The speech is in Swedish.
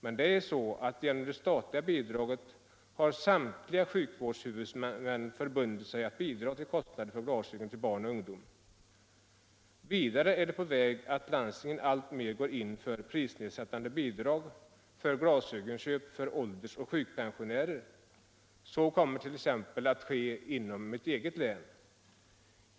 Men det är så att genom det statliga bidraget har samtliga sjukvårdshuvudmän förbundit sig att bidra till kostnader för glasögon till barn och ungdom. Vidare går landstingen alltmer in för prisnedsättande bidrag för glasögonköp till åldersoch sjukpensionärer. Så kommer t.ex. att ske inom mitt eget län.